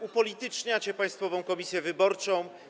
Upolityczniacie Państwową Komisję Wyborczą.